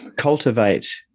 Cultivate